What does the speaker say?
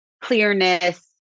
clearness